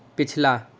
پچھلا